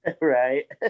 Right